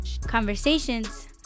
conversations